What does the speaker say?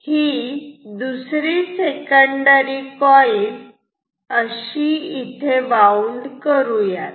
ही दुसरी secondary coil अशी इथे वाऊंड करू यात